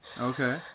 Okay